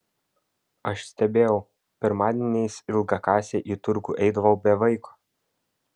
aš stebėjau pirmadieniais ilgakasė į turgų eidavo be vaiko